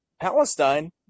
Palestine